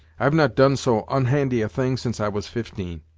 i've not done so onhandy a thing since i was fifteen.